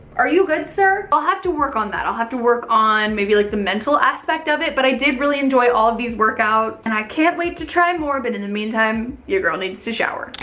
are you good sir? sir? i'll have to work on that. i'll have to work on maybe like the mental aspect of it. but i did really enjoy all of these workouts. and i can't wait to try more, but in the meantime your girl needs to shower.